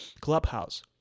clubhouse